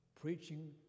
Preaching